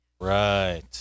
Right